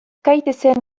gaitezen